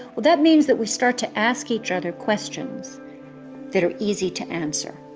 that means that we start to ask each other questions that are easy to answer.